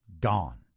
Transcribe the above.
gone